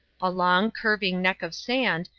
a long, curving neck of sand,